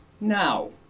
Now